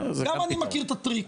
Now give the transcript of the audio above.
גם אני מכיר את הטריק,